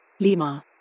Lima